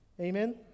Amen